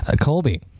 Colby